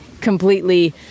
completely